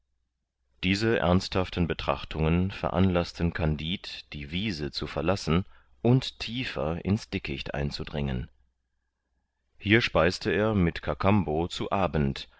diese ernsthaften betrachtungen veranlaßten kandid die wiese zu verlassen und tiefer ins dickicht einzudringen hier speiste er mit kakambo zu abend